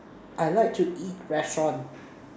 I like to eat restaurant